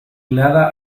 nada